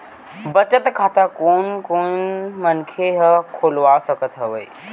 बचत खाता कोन कोन मनखे ह खोलवा सकत हवे?